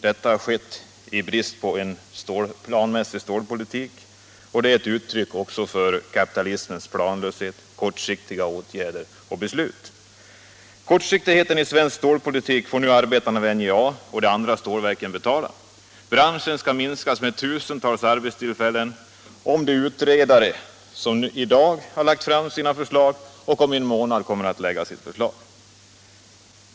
Detta har skett i brist på en planmässig stålpolitik, och det är också ett uttryck för kapitalismens planlöshet med kortsiktiga åtgärder och beslut. Kortsiktigheten i svensk stålpolitik får nu arbetarna vid NJA och de andra stålverken betala. Branschen skall krympas med tusentals arbetstillfällen enligt de utredare som i dag — eller inom en månad — lägger fram sitt förslag.